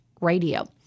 radio